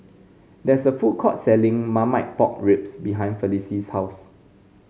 there is a food court selling Marmite Pork Ribs behind Felice's house